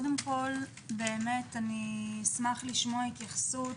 קודם כל, אשמח לשמוע התייחסות,